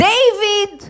David